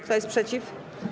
Kto jest przeciw?